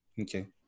Okay